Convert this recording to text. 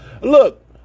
look